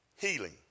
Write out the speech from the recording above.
Healing